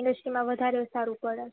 ઈન્ડસ્ટ્રીમાં વધારે સારું પડે